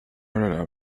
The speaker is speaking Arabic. نلعب